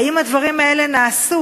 האם הדברים האלה נעשו?